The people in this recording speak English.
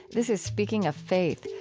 this is speaking of faith,